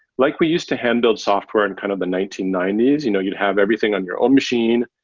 like we used to hand-build software in kind of the nineteen ninety s. you know you'd have everything on your own machine,